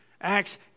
Acts